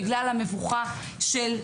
בגלל המבוכה של ילדים.